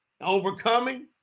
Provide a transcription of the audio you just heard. Overcoming